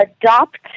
adopt